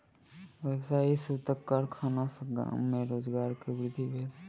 व्यावसायिक सूतक कारखाना सॅ गाम में रोजगार के वृद्धि भेल